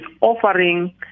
offering